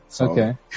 Okay